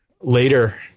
Later